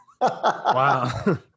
Wow